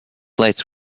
lights